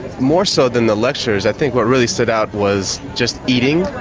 more so than the lectures, i think what really stood out was just eating,